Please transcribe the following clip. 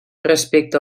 respecte